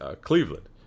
Cleveland